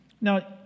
Now